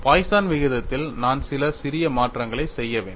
poison விகிதத்தில் நான் சில சிறிய மாற்றங்களைச் செய்ய வேண்டும்